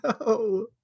no